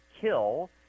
kill